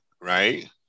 right